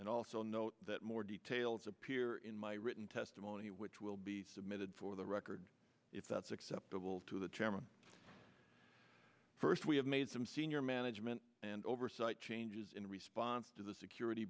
and also note that more details appear in my written testimony which will be submitted for the record if that's acceptable to the chairman first we have made some senior management and oversight changes in response to the security